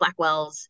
Blackwells